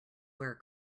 where